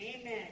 Amen